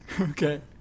Okay